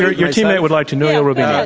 your your teammate would like to know. yes,